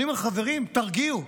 אני אומר: חברים, תרגיעו.